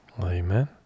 amen